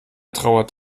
trauert